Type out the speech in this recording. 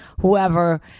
whoever